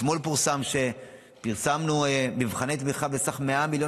אתמול פרסמנו מבחני תמיכה בסך 100 מיליון